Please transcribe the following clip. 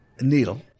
needle